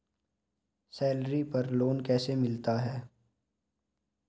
Salary पर loan कैसे मिलता है?